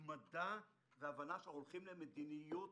התמדה והבנה שאנחנו הולכים למדיניות